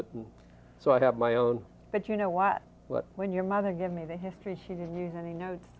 it so i have my own but you know what when your mother gave me the history she didn't use any notes